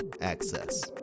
access